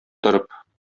торып